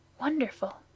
Wonderful